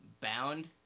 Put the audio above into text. Bound